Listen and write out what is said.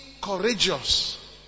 courageous